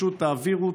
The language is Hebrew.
פשוט תעבירו.